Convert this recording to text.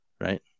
right